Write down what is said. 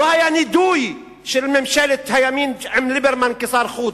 לא היה בקהילה הבין-לאומית נידוי של ממשלת הימין עם ליברמן כשר החוץ.